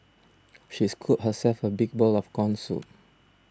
she scooped herself a big bowl of Corn Soup